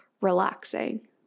relaxing